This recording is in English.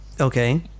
Okay